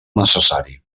necessari